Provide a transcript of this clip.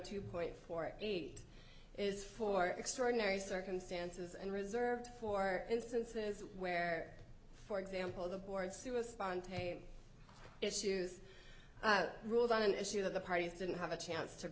two point four eight is for extraordinary circumstances and reserved for instances where for example the board suicide on tame issues ruled on an issue that the parties didn't have a chance to